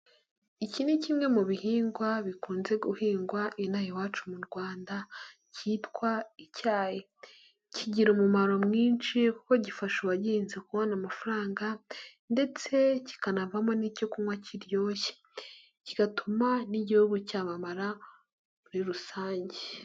Iki ni kimwe mu bihingwa bikunze guhingwa iaha iwacu mu Rwanda cyitwa icyayi, kigira umumaro mwinshi kuko gifasha uwagihinze kubona amafaranga ndetse kikanavamo n'icyo kunywa kiryoshye, kigatuma n'igihugu cyamamara muri rusange.